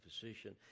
physician